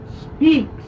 speaks